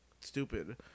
stupid